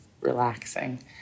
relaxing